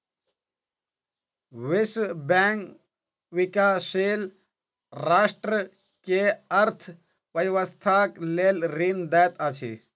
विश्व बैंक विकाशील राष्ट्र के अर्थ व्यवस्थाक लेल ऋण दैत अछि